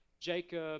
Jacob